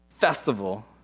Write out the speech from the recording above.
festival